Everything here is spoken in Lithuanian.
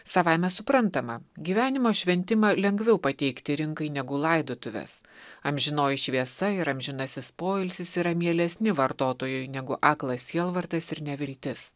savaime suprantama gyvenimo šventimą lengviau pateikti rinkai negu laidotuves amžinoji šviesa ir amžinasis poilsis yra mielesni vartotojui negu aklas sielvartas ir neviltis